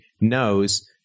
knows